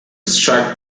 strike